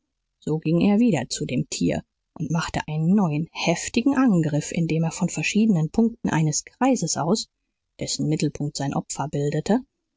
so ging er wieder zu dem tier und machte einen neuen heftigen angriff indem er von verschiedenen punkten eines kreises aus dessen mittelpunkt sein opfer bildete